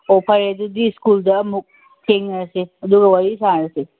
ꯍꯣ ꯐꯔꯦ ꯑꯗꯨꯗꯤ ꯁ꯭ꯀꯨꯜꯗ ꯑꯃꯨꯛ ꯊꯦꯡꯅꯔꯁꯤ ꯑꯗꯨꯒ ꯋꯥꯔꯤ ꯁꯥꯔꯁꯤ